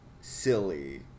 silly